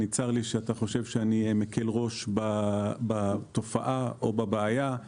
צר לי שאתה חושב שאני מקל ראש בתופעה או בבעיה.